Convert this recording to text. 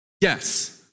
Yes